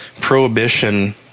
prohibition